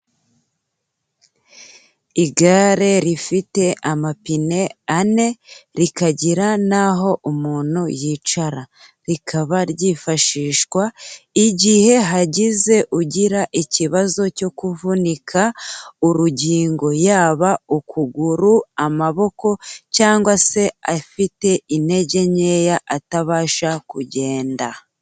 Igare rifite amapine ane, rikagira n'aho umuntu yicara rikaba ryifashishwa igihe hagize ugira ikibazo cyo kuvunika urugingo yaba ukuguru, amaboko cyangwa se afite intege nkeya atabasha kugenda.